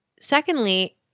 secondly